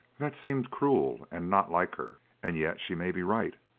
that seemed cruel and not like her and yet she may be right.